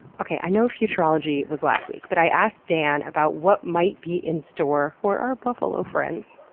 okay, i know futurology was last week, but i asked dan about what might be in store for our buffalo friends.